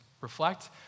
reflect